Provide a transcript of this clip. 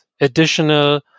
additional